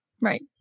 Right